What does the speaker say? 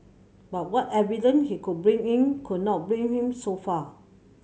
but what evident he could bring in could not bring him so far